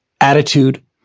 attitude